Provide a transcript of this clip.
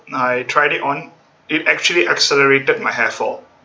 I tried it on it actually accelerated my hair fall